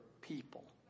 people